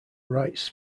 rights